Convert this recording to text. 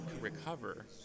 recover